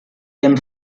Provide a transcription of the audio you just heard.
ihren